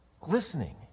glistening